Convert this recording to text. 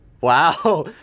Wow